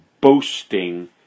boasting